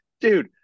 dude